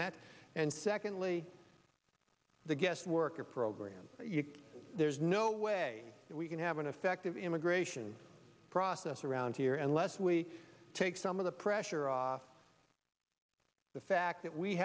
met and secondly the guest worker program there's no way that we can have an effective immigration process around here unless we take some of the pressure off the fact that we